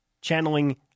channeling